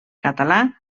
català